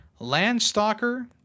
Landstalker